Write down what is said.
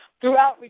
throughout